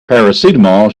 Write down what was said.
paracetamol